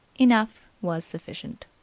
enough was sufficient.